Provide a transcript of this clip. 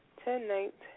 tonight